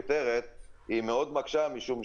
למה הדבר הזה -- -מדובר הרי בעניין טכני,